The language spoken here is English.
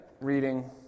reading